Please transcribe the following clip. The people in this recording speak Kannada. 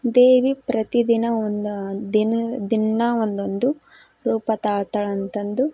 ದೇವಿ ಪ್ರತಿದಿನ ಒಂದು ದಿನ ದಿನಾ ಒಂದೊಂದು ರೂಪ ತಾಳ್ತಾಳೆ ಅಂತಂದು